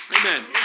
Amen